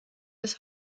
bis